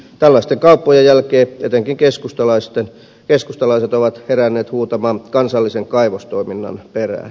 tällaisten kauppojen jälkeen etenkin keskustalaiset ovat heränneet huutamaan kansallisen kaivostoiminnan perään